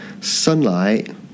sunlight